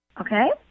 Okay